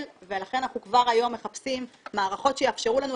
ולכן אנחנו כבר היום מחפשים מערכות שיאפשרו לנו,